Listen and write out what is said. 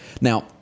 Now